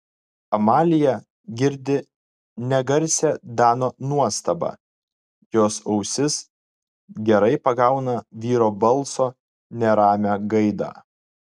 amalija girdi negarsią dano nuostabą jos ausis gerai pagauna vyro balso neramią gaidą